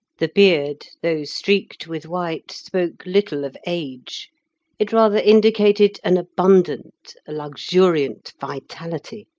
the beard, though streaked with white, spoke little of age it rather indicated an abundant, a luxuriant vitality.